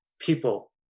people